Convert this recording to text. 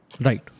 Right